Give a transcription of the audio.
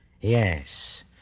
Yes